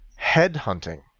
headhunting